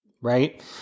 Right